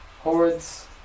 hordes